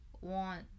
want